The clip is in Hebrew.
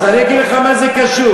אגיד לך מה זה קשור.